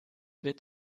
wird